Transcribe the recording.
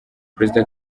perezida